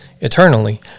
eternally